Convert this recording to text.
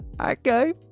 okay